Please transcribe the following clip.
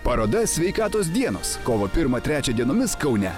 paroda sveikatos dienos kovo pirmą trečią dienomis kaune